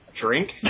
Drink